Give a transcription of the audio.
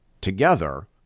Together